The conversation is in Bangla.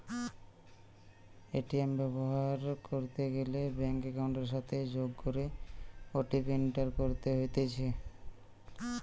এ.টি.এম ব্যবহার কইরিতে গ্যালে ব্যাঙ্ক একাউন্টের সাথে যোগ কইরে ও.টি.পি এন্টার করতে হতিছে